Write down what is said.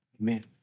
amen